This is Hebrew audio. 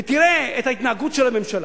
ותראה את ההתנהגות של הממשלה.